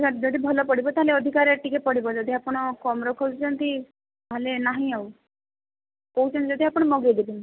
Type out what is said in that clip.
ଯଦି ଭଲ ଯଦି ଭଲ ପଡ଼ିବ ତାହେଲେ ଅଧିକା ରେଟ୍ ଟିକେ ପଡ଼ିବ ଯଦି ଆପଣ କମରେ ଖୋଜୁଛନ୍ତି ତାହେଲେ ନାହିଁ ଆଉ କହୁଛନ୍ତି ଯଦି ଆପଣ ମଗେଇ ଦେବି ମୁଁ